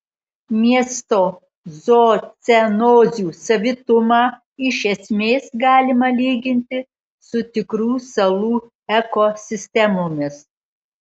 miesto zoocenozių savitumą iš esmės galima lyginti su tikrų salų ekosistemomis